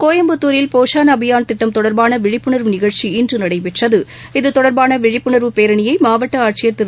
கோயம்புத்தூரில் போஷான் அபியான் திட்டம் தொடர்பான விழிப்புணர்வு நிகழ்ச்சி இன்று நடைபெற்றது இதுதொடர்பான விழிப்புணர்வு பேரணியை மாவட்ட ஆட்சியர் திரு